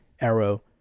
arrow